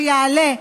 כשיעלה,